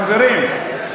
חברים,